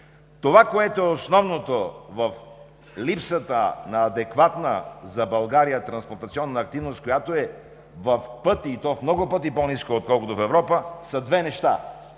Това, което е основното в липсата на адекватна за България трансплантационна активност, която е в пъти, и то много пъти по ниска, отколкото в Европа, са две неща: